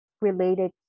Related